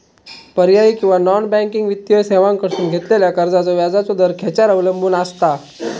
पर्यायी किंवा non banking वित्तीय सेवांकडसून घेतलेल्या कर्जाचो व्याजाचा दर खेच्यार अवलंबून आसता?